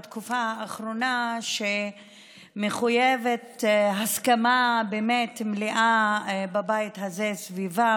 בתקופה האחרונה שמחויבת הסכמה באמת מלאה בבית הזה סביבם.